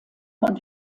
von